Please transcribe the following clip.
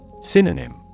Synonym